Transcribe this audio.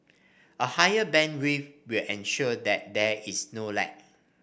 a higher bandwidth will ensure that there is no lag